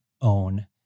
own